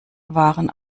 waren